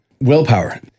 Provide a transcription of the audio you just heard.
willpower